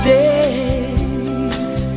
days